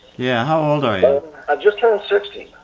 yeah how old are you? i just turned sixty.